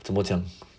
怎么讲